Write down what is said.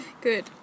Good